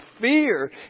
fear